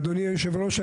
אדוני יושב הראש,